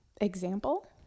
example